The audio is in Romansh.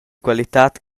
qualitad